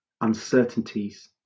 uncertainties